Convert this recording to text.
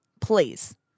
Please